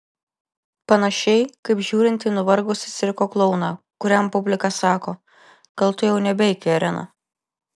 panašiai kaip žiūrint į nuvargusį cirko klouną kuriam publika sako gal tu jau nebeik į areną